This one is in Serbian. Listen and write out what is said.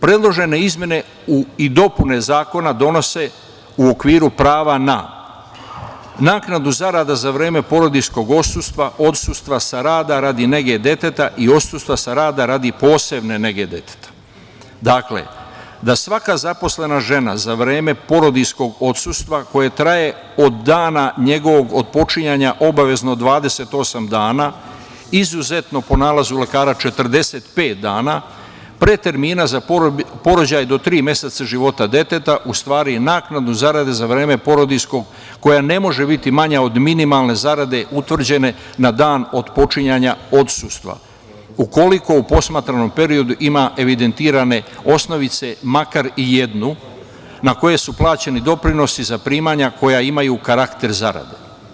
Predložene izmene i dopune zakona donose u okviru prava na naknadu zarada za vreme porodiljskog odsustva, odsustva sa rada radi nege deteta i odsustva sa rada radi posebne nege deteta, dakle, da svaka zaposlena žena za vreme porodiljskog odsustva koje traje od dana njegovog otpočinjanja obavezno 28 dana, izuzetno po nalazu lekara 45 dana pre termina za porođaj do tri meseca života deteta, u stvari, naknadu zarade za vreme porodiljskog koja ne može biti manja od minimalne zarade utvrđene na dan otpočinjanja odsustva ukoliko u posmatranom periodu ima evidentirane osnovice makar i jednu na koje su plaćeni doprinosi za primanja koja imaju karakter zarade.